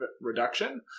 reduction